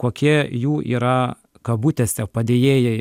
kokie jų yra kabutėse padėjėjai